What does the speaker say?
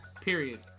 period